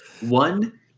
one